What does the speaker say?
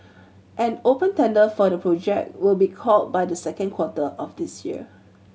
an open tender for the project will be called by the second quarter of this year